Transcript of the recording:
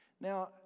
Now